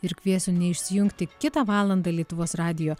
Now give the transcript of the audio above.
ir kviesiu neišsijungti kitą valandą lietuvos radijo